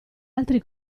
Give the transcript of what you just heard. altri